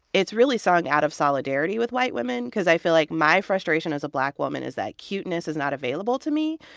it's really sung out of solidarity with white women cause i feel like my frustration as a black woman is that cuteness is not available to me,